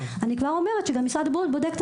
אני כבר אומרת שגם משרד הבריאות בודק את